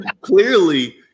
Clearly